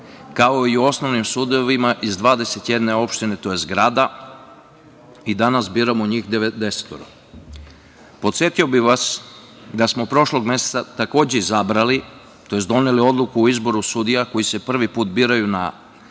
kao i u osnovnim sudovima iz 21 opštine tj. grada i danas biramo njih 90.Podsetio bih vas da smo prošlog meseca takođe izabrali tj. doneli odluku o izboru sudija koji se prvi put biraju na